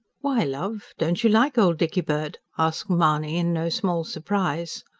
why, love? don't you like old dickybird? asked mahony in no small surprise.